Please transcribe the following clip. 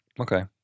Okay